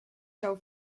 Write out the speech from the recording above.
jouw